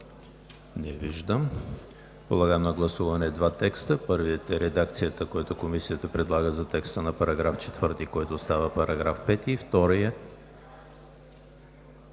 Не виждам. Подлагам на гласуване два текста: първият е редакцията, която Комисията предлага за текста на § 4, който става § 5, и вторият –